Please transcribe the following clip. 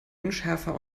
unschärfer